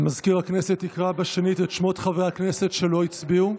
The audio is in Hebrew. מזכיר הכנסת יקרא שנית את שמות חברי הכנסת שלא הצביעו.